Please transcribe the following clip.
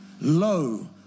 Lo